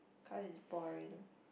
cause it's boring